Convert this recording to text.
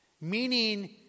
Meaning